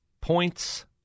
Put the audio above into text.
points